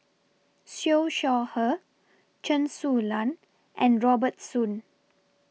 Siew Shaw Her Chen Su Lan and Robert Soon